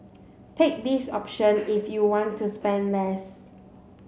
take this option if you want to spend less